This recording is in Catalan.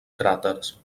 cràters